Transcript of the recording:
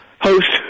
host